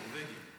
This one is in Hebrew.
נורבגי, נורבגי.